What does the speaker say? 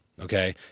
Okay